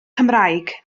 cymraeg